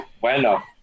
Bueno